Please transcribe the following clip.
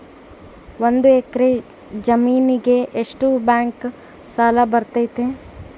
ಒಂದು ಎಕರೆ ಜಮೇನಿಗೆ ಎಷ್ಟು ಬ್ಯಾಂಕ್ ಸಾಲ ಬರ್ತೈತೆ?